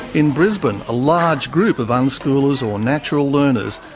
in brisbane, a large group of unschoolers, or natural learners,